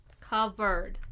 Covered